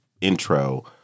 intro